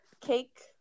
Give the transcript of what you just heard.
cake